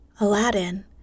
Aladdin